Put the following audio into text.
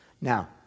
Now